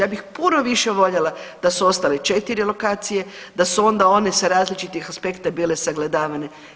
Ja bih puno više voljela da su ostale 4 lokacije, da su onda one sa različitih aspekta bile sagledavane.